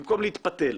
במקום להתפתל,